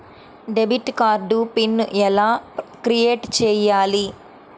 Debit card PIN ఎలా create చెయ్యాలి?